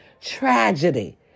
Tragedy